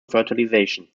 fertilisation